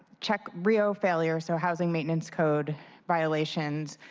check rio failures, so housing maintenance code violations,